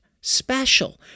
special